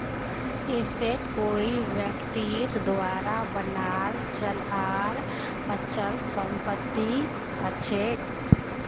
asset कोई व्यक्तिर द्वारा बनाल चल आर अचल संपत्ति हछेक